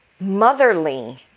motherly